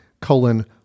colon